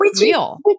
real